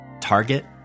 Target